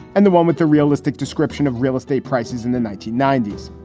and the one with the realistic description of real estate prices in the nineteen ninety s.